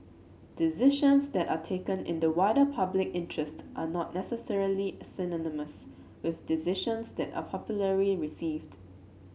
decisions that are taken in the wider public interest are not necessarily synonymous with decisions that are popularly received